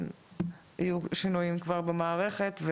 יהיו שינויים במערכת.